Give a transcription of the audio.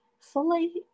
fully